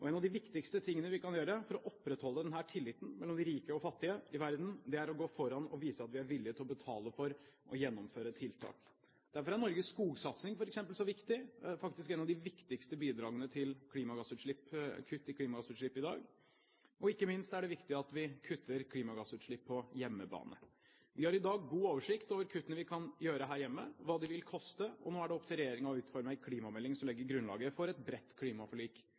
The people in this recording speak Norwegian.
land. En av de viktigste tingene vi kan gjøre for å opprettholde denne tilliten mellom de rike og fattige i verden, er å gå foran og vise at vi er villige til å betale for å gjennomføre tiltak. Derfor er Norges skogsatsing f.eks. så viktig, faktisk et av de viktigste bidragene til kutt i klimagassutslipp i dag, og ikke minst er det viktig at vi kutter klimagassutslipp på hjemmebane. Vi har i dag god oversikt over kuttene vi kan gjøre her hjemme, hva det vil koste, og nå er det opp til regjeringen å utforme en klimamelding som legger grunnlaget for et bredt klimaforlik